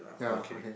ya okay